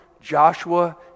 joshua